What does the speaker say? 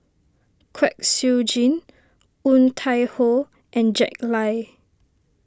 Kwek Siew Jin Woon Tai Ho and Jack Lai